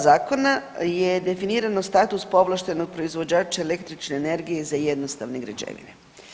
Zakona je definirano status povlaštenog proizvođača električne energije za jednostavne građevine.